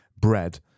bread